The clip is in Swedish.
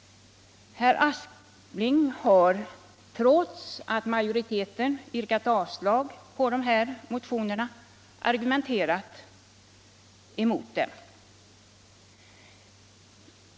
Herr Aspling har trots att majoriteten i utskottet vrkat avslag på dessa motioner argumenterat emot dem.